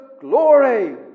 glory